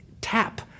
tap